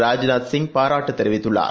Rajnath Singh பாராட்டுதெரிவித்துள்ளார்